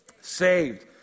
Saved